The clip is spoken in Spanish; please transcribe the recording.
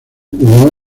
jugó